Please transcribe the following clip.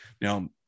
Now